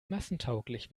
massentauglich